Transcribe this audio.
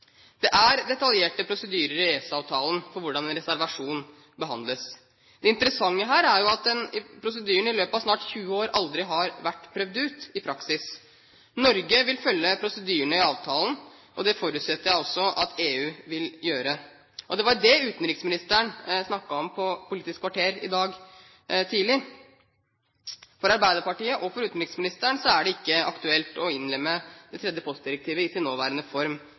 Det er detaljerte prosedyrer i EØS-avtalen for hvordan en reservasjon behandles. Det interessante her er jo at disse prosedyrene i løpet av snart 20 år aldri har vært prøvd ut i praksis. Norge vil følge prosedyrene i avtalen, og det forutsetter jeg at også EU vil gjøre. Og det var jo det utenriksministeren snakket om på Politisk kvarter i dag tidlig. For Arbeiderpartiet og for utenriksministeren er det ikke aktuelt å innlemme det tredje postdirektivet i sin nåværende form